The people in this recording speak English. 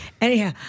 Anyhow